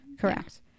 Correct